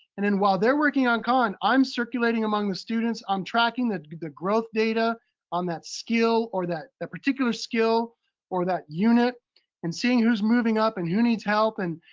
and then while they're working on khan, i'm circulating among the students on tracking the growth data on that skill or that that particular skill or that unit and seeing who's moving up and who needs help, and